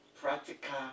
practical